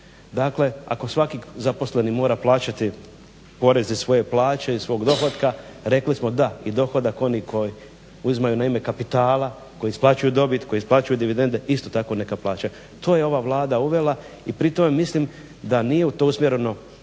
Dakle, ako svaki zaposleni mora plaćati porez iz svoje plaće i iz svog dohotka rekli smo da i dohodak onih koji uzimaju na ime kapitala, koji isplaćuju dobit, koji isplaćuju dividende isto tako neka plaćaju. To je ova Vlada uvela i pri tome mislim da nije to usmjereno